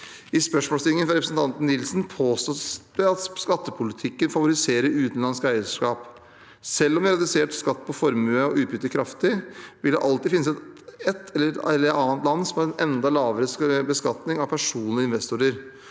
I spørsmålsstillingen fra representanten Nilsen påstås det at skattepolitikken favoriserer utenlandsk eierskap. Selv om vi hadde redusert skatt på formue og utbytte kraftig, vil det alltid finnes ett eller annet land som har enda lavere beskatning av personlige investorer.